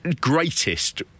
greatest